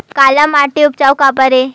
काला माटी उपजाऊ काबर हे?